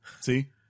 see